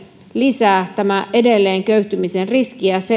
lisää tämä edelleen köyhtymisen riskiä